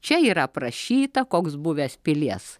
čia yra aprašyta koks buvęs pilies